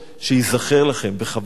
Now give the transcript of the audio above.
וחבל מאוד שאתה עושה את ההשוואה הזאת.